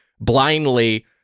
blindly